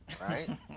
Right